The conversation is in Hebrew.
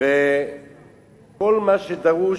וכל מה שדרוש.